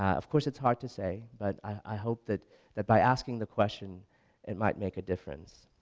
of course it's hard to say but i hope that that by asking the question it might make a difference.